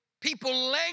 People